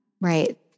Right